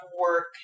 work